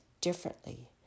differently